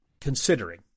considering